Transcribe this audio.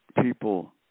people